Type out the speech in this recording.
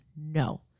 no